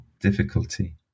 difficulty